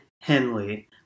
Henley